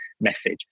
message